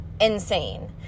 insane